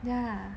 ya